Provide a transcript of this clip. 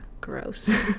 gross